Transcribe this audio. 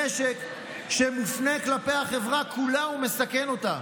נשק שמופנה כלפי החברה כולה ומסכן אותה.